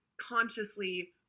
consciously